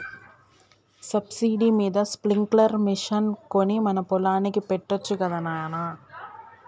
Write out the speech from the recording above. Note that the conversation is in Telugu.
సబ్సిడీ మీద స్ప్రింక్లర్ మిషన్ కొని మన పొలానికి పెట్టొచ్చు గదా నాన